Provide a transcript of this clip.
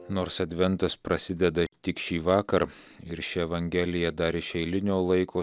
nors adventas prasideda tik šįvakar ir ši evangelija dar iš eilinio laiko